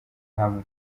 hamwe